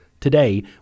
Today